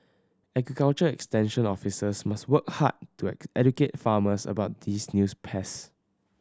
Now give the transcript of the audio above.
agriculture extension officers must work hard to educate farmers about these news pests